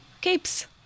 capes